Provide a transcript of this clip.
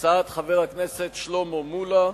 הצעת חבר הכנסת שלמה מולה.